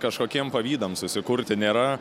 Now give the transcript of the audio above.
kažkokiem pavidam susikurti nėra